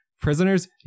Prisoners